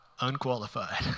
Unqualified